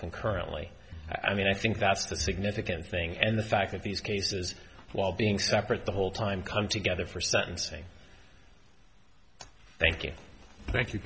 concurrently i mean i think that's the significant thing and the fact that these cases while being separate the whole time come together for sentencing thank you thank you